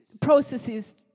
processes